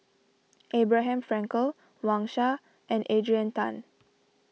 Abraham Frankel Wang Sha and Adrian Tan